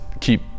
keep